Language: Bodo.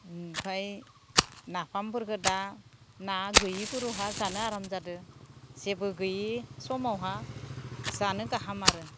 ओमफ्राय नाफामफोरखौ दा ना गैयैफोरावहाय जानो आराम जादों जेबो गैयि समावहाय जानो गाहाम आरो